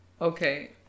Okay